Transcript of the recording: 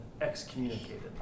excommunicated